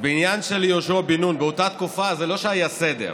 בעניין יהושע בן נון, באותה תקופה זה לא שהיה סדר.